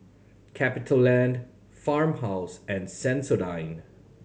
CapitaLand Farmhouse and Sensodyne